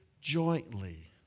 jointly